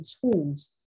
tools